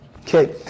Okay